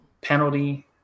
penalty